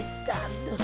stand